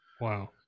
Wow